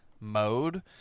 mode